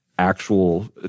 actual